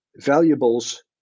valuables